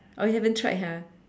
oh you haven't tried ha